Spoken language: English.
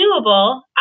doable